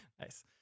Nice